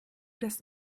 das